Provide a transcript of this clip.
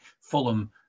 fulham